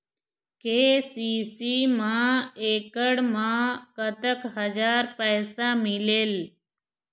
KCC मा एकड़ मा कतक हजार पैसा मिलेल?